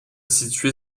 située